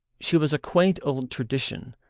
she was a quaint old tradition,